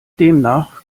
demnach